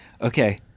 okay